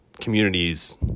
communities